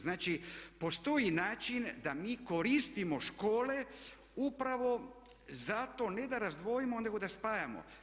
Znači, postoji način da mi koristimo škole upravo zato ne da razdvojimo, nego da spajamo.